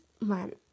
man